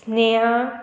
Sneha